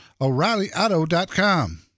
O'ReillyAuto.com